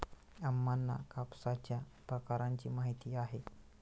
अम्मांना कापसाच्या प्रकारांची माहिती आहे